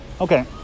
Okay